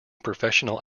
professional